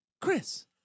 Chris